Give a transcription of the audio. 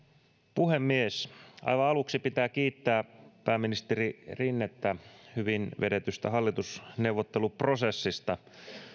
puhemies aivan aluksi pitää kiittää pääministeri rinnettä hyvin vedetystä hallitusneuvotteluprosessista